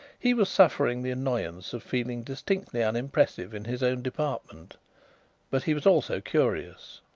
he was suffering the annoyance of feeling distinctly unimpressive in his own department but he was also curious.